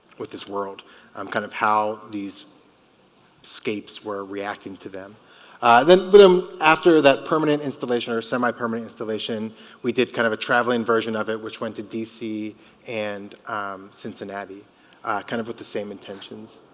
with this world i'm kind of how these escapes were reacting to them then with but him after that permanent installation or semi-permanent installation we did kind of a traveling version of it which went to dc and cincinnati kind of with the same intentions